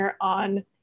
on